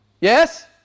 Yes